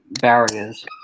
barriers